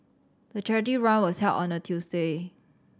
the charity run was held on a Tuesday